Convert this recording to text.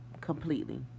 completely